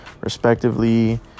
respectively